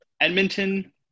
Edmonton